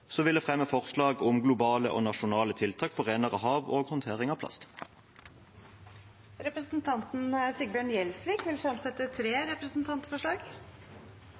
fremme forslag om globale og nasjonale tiltak for renere hav og håndtering av plast. Representanten Sigbjørn Gjelsvik vil fremsette tre representantforslag.